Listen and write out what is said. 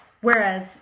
Whereas